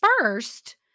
first